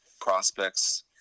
prospects